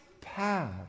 path